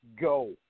go